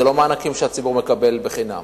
זה לא מענקים שהציבור מקבל בחינם.